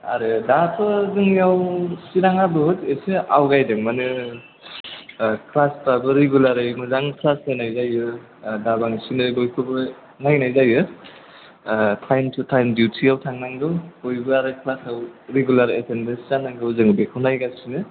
आरो दाथ' जोंनिआव चिरांआ बुहुत एसे आवगायदों मानो क्लासफ्राबो रिगुलारै मोजां ख्लास होनाय जायो आर दा बांसिनै बयखौबो नायनाय जायो थाइम थु थाइम दिउथिआव थानांगौ बयबो आरो ख्सासआव रेगुलार एथेनदेन्स जानांगौ जोङो बेखौ नायगासिनो